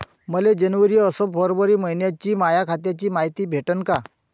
मले जनवरी अस फरवरी मइन्याची माया खात्याची मायती भेटन का?